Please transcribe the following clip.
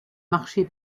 marché